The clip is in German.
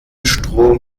strom